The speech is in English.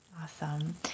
Awesome